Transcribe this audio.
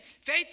Faith